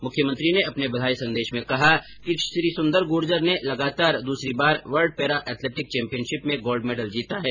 मुख्यमंत्री ने अपने बधाई संदेश में कहा कि श्री सुन्दर गुर्जर ने लगातार दूसरी बार वर्ल्ड पैरा एथलेटिक्स चौंपियनशिप में गोल्ड मेडल जीता है